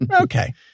Okay